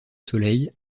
soleil